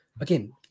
again